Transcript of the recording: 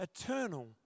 eternal